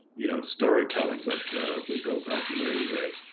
you know, storytelling but we go back way way,